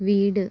വീട്